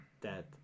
dead